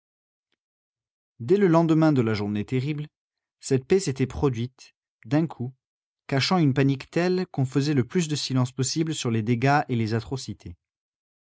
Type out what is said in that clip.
dès le lendemain de la journée terrible cette paix s'était produite d'un coup cachant une panique telle qu'on faisait le plus de silence possible sur les dégâts et les atrocités